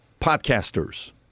podcasters